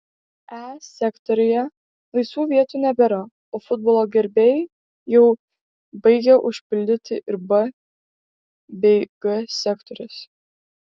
e sektoriuje laisvų vietų nebėra o futbolo gerbėjai jau baigia užpildyti ir b bei g sektorius